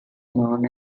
known